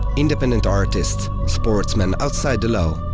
independent artists, sportsmen outside the law.